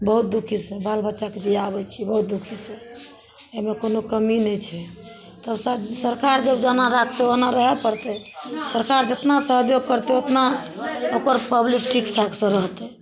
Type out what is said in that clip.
बहुत दुखीसँ बाल बच्चाके जीलाबय छियै बहुत दुखीसँ अइमे कोनो कमी नहि छै सरकार जब जे जेना राखतय ओना रहय पड़तय सरकार जेतना सहयोग करतय ओतना ओकर पब्लिक ठीक ठाकसँ रहतय